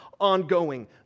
ongoing